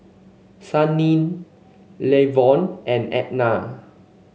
Sannie Lavon and Edna